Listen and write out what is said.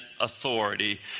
authority